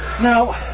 Now